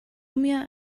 mir